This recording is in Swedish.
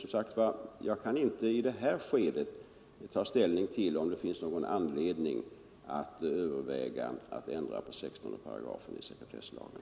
Men jag kan inte i det här skedet ta ställning till om det finns någon anledning att ändra på 16 § i sekretesslagen.